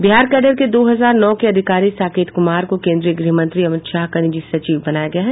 Bihar cadre के दो हजार नौ के अधिकारी साकेत कुमार को केंद्रीय गृह मंत्री अमित शाह का निजी सचिव बनाया गया है